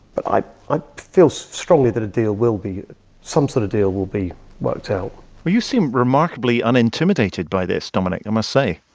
but i ah feel so strongly that a deal will be some sort of deal will be worked out well, you seem remarkably unintimidated by this, dominic, i must say